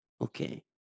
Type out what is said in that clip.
Okay